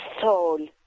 soul